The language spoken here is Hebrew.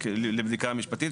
לבדיקה משפטית,